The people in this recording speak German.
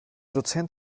dozent